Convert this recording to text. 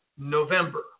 November